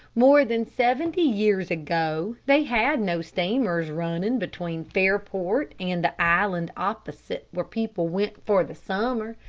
more than seventy years ago, they had no steamers running between fairport and the island opposite where people went for the summer,